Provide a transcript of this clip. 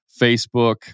Facebook